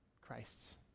Christ's